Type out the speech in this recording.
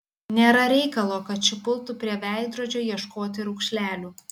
nėra reikalo kad ši pultų prie veidrodžio ieškoti raukšlelių